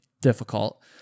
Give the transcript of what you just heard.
difficult